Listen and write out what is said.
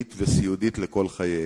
ומכאן, מכנסת ישראל,